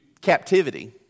captivity